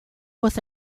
was